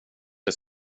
dig